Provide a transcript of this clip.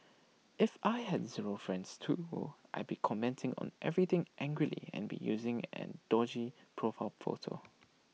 if I had zero friends too I'd be commenting on everything angrily and be using an dodgy profile photo